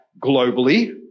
globally